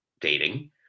dating